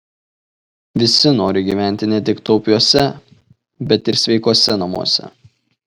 visi nori gyventi ne tik taupiuose bet ir sveikuose namuose